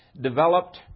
developed